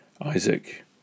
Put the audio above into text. isaac